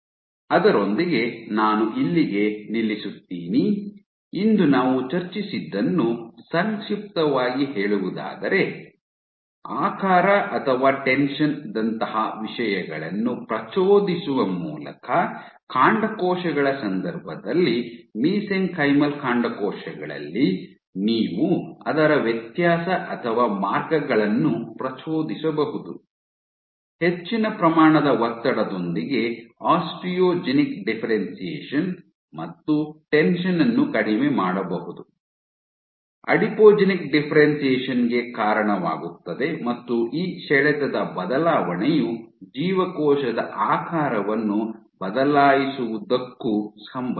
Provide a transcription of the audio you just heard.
ಅದರೊಂದಿಗೆ ನಾನು ಇಲ್ಲಿಗೆ ನಿಲ್ಲಿಸುತ್ತೀನಿ ಇಂದು ನಾವು ಚರ್ಚಿಸಿದ್ದನ್ನು ಸಂಕ್ಷಿಪ್ತವಾಗಿ ಹೇಳುವುದಾದರೆ ಆಕಾರ ಅಥವಾ ಟೆನ್ಷನ್ ದಂತಹ ವಿಷಯಗಳನ್ನು ಪ್ರಚೋದಿಸುವ ಮೂಲಕ ಕಾಂಡಕೋಶಗಳ ಸಂದರ್ಭದಲ್ಲಿ ಮಿಸೆಂಕೈಮಲ್ ಕಾಂಡಕೋಶಗಳಲ್ಲಿ ನೀವು ಅದರ ವ್ಯತ್ಯಾಸ ಅಥವಾ ಮಾರ್ಗಗಳನ್ನು ಪ್ರಚೋದಿಸಬಹುದು ಹೆಚ್ಚಿನ ಪ್ರಮಾಣದ ಒತ್ತಡದೊಂದಿಗೆ ಆಸ್ಟಿಯೋಜೆನಿಕ್ ಡಿಫ್ಫೆರೆನ್ಶಿಯೇಷನ್ ಮತ್ತು ಟೆನ್ಷನ್ ಅನ್ನು ಕಡಿಮೆ ಮಾಡುವುದು ಅಡಿಪೋಜೆನಿಕ್ ಡಿಫ್ಫೆರೆನ್ಶಿಯೇಷನ್ ಗೆ ಕಾರಣವಾಗುತ್ತದೆ ಮತ್ತು ಈ ಸೆಳೆತದ ಬದಲಾವಣೆಯು ಜೀವಕೋಶದ ಆಕಾರವನ್ನು ಬದಲಾಯಿಸುವುದಕ್ಕೂ ಸಂಬಂಧಿಸಿದೆ